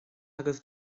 agaibh